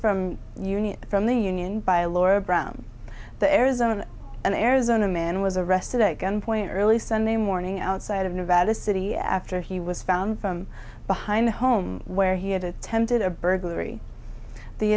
from union from the union by laura brown the arizona and arizona man was arrested at gun point early sunday morning outside of nevada city after he was found behind the home where he had attempted a burglary the